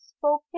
spoken